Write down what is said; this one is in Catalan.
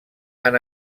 han